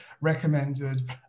recommended